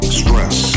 stress